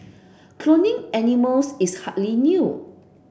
cloning animals is hardly new